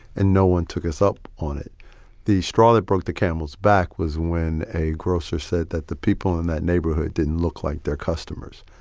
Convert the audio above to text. and no one took us up on it the straw that broke the camel's back was when a grocer said that the people in that neighborhood didn't look like their customers.